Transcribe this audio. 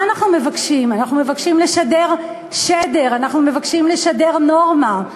אנחנו מבקשים לשדר שדר, אנחנו מבקשים לשדר נורמה.